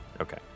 Okay